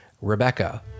rebecca